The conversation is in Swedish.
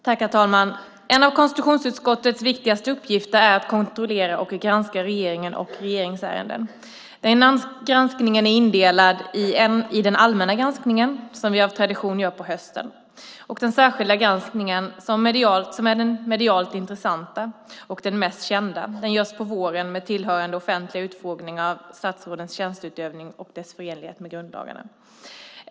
Herr talman! En av konstitutionsutskottets viktigaste uppgifter är att kontrollera och granska regeringen och regeringsärenden. Den granskningen är indelad i den allmänna granskningen, som vi av tradition gör på hösten, och den särskilda granskningen, som är den medialt intressanta och den mest kända och som görs på våren, med tillhörande offentliga utfrågningar, av statsrådens tjänsteutövning och dess förenlighet med grundlagarna.